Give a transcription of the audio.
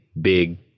big